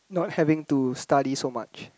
not having to study so much